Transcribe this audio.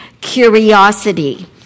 curiosity